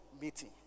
meeting